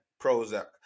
Prozac